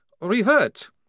revert